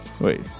wait